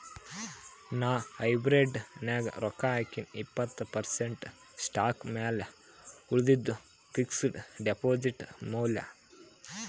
ನಾ ಹೈಬ್ರಿಡ್ ನಾಗ್ ರೊಕ್ಕಾ ಹಾಕಿನೀ ಇಪ್ಪತ್ತ್ ಪರ್ಸೆಂಟ್ ಸ್ಟಾಕ್ ಮ್ಯಾಲ ಉಳಿದಿದ್ದು ಫಿಕ್ಸಡ್ ಡೆಪಾಸಿಟ್ ಮ್ಯಾಲ